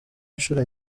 inshuro